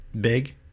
big